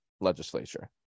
legislature